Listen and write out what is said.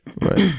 Right